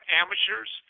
amateurs